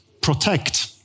protect